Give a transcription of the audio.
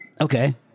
Okay